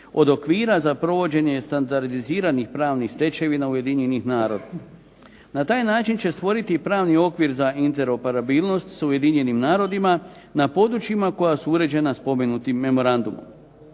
od okvira za provođenje standardiziranih pravnih stečevina Ujedinjenih naroda. Na taj način će stvoriti i pravni okvir za interoperabilnost s Ujedinjenim narodima, na područjima koja su uređena spomenutim memorandumom.